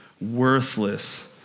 worthless